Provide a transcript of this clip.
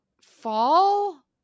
fall